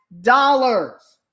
dollars